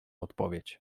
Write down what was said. odpowiedź